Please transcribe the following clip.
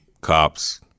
Cops